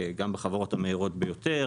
גם בחברות המהירות ביותר,